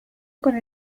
con